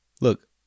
look